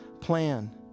plan